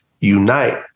unite